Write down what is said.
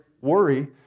worry